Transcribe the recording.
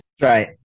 right